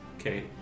Okay